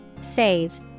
Save